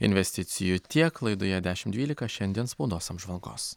investicijų tiek laidoje dešim dvylika šiandien spaudos apžvalgos